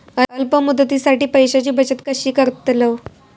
अल्प मुदतीसाठी पैशांची बचत कशी करतलव?